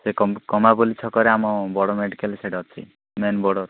ସେ କମାହାପାଲି ଛକରେ ଆମ ବଡ଼ ମେଡ଼ିକାଲ ସେଇଟା ଅଛି ମେନ୍ ବର୍ଡ଼ର୍